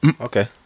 okay